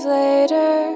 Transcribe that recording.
later